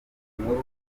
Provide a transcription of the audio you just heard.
irambuye